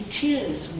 tears